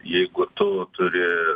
jeigu tu turi